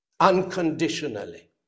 unconditionally